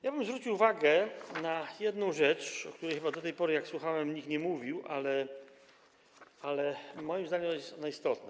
Ja bym zwrócił uwagę na jedną rzecz, o której chyba do tej pory, jak słuchałem, nikt nie mówił, a moim zdaniem jest ona istotna.